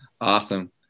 Awesome